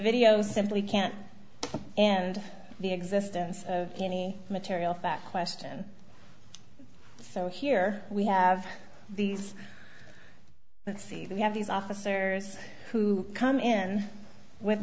video simply can't and the existence of any material fact question so here we have these let's see they have these officers who come in with